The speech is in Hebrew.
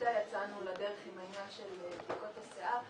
שבעקבותיה יצאנו לדרך עם העניין של בדיקות השיער,